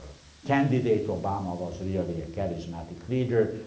candidate obama was really a charismatic leader.